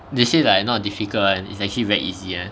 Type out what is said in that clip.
they say like not difficult [one] it's actually very easy [one]